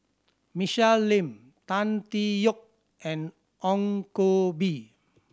Michelle Lim Tan Tee Yoke and Ong Koh Bee